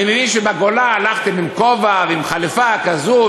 אני מבין שבגולה הלכתם עם כובע ועם חליפה כזאת,